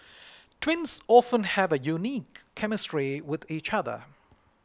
twins often have a unique chemistry with each other